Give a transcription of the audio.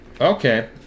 okay